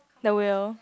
the whale